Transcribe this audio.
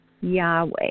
Yahweh